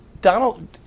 Donald